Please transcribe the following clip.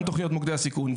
גם תוכניות מוקדי הסיכון,